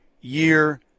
year